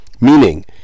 meaning